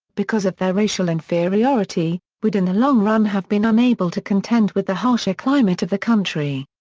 because of their racial inferiority, would in the long run have been unable to contend with the harsher climate of the country.